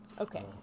Okay